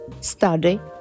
study